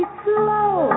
slow